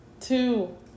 two